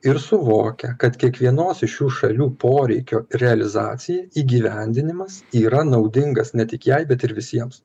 ir suvokia kad kiekvienos iš šių šalių poreikio realizacija įgyvendinimas yra naudingas ne tik jai bet ir visiems